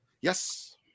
Yes